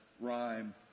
rhyme